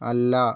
അല്ല